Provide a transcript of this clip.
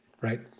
right